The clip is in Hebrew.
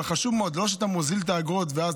אבל חשוב מאוד, לא שאתה מוזיל את האגרות ואז